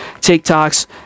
tiktoks